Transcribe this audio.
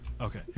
Okay